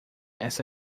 essa